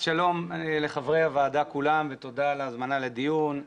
שלום לחברי הוועדה כולם ותודה על ההזמנה לדיון.